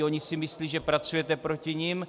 Oni si myslí, že pracujete proti nim.